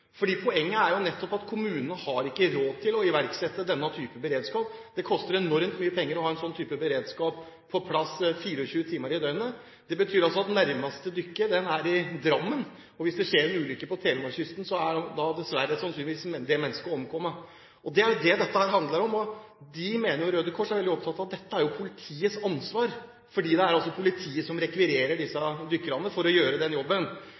Poenget er nettopp at kommunene ikke har råd til å iverksette denne typen beredskap. Det koster enormt mye penger å ha en slik type beredskap på plass 24 timer i døgnet. Det betyr at nærmeste dykker er i Drammen, og hvis det skjer en ulykke på Telemarkskysten, er det dessverre sannsynlig at mennesker omkommer. Det er det dette handler om. Røde Kors er veldig opptatt av at dette er politiets ansvar, for det er politiet som rekvirerer disse dykkerne for å gjøre jobben.